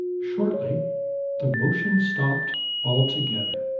shortly the motion stopped altogether.